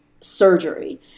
surgery